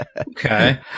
Okay